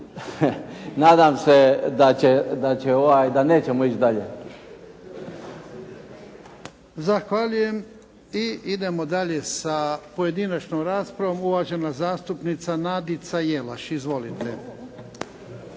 nadam se da nećemo ići dalje.